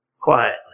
quietly